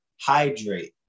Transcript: Hydrate